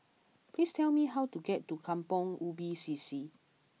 please tell me how to get to Kampong Ubi C C